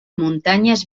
montañas